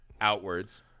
outwards